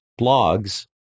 blogs